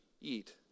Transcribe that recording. eat